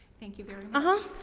thank you very ah